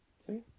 see